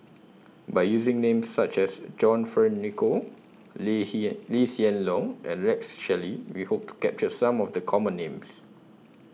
By using Names such as John Fearns Nicoll Lee Lee Hsien Loong and Rex Shelley We Hope to capture Some of The Common Names